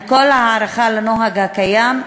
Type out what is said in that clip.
עם כל ההערכה לנוהג הקיים,